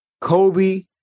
Kobe